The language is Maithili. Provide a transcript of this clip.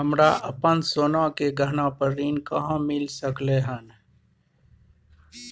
हमरा अपन सोना के गहना पर ऋण कहाॅं मिल सकलय हन?